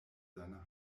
seiner